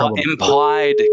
Implied